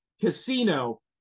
casino